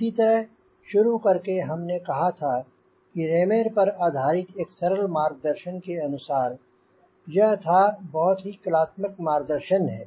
इसी तरह शुरू करके हमने कहा था कि रेमेर पर आधारित एक सरल मार्गदर्शन के अनुसार यह था बहुत ही कलात्मक मार्गदर्शन है